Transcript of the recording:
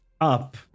up